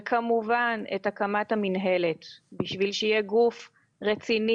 וכמובן את הקמת המינהלת בשביל שיהיה גוף רציני,